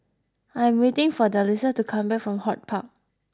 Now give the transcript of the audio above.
I am waiting for Delisa to come back from HortPark